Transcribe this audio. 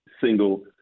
single